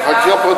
אגב,